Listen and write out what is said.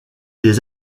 des